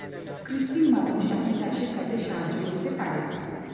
কৃত্রিম মানুষ এখন চাষের কাজে সাহায্য করতে পারে